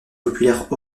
populaire